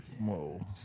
Whoa